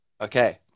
Okay